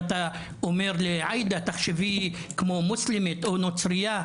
ואתה אומר לעאידה תחשבי כמו מוסלמית או נוצרייה,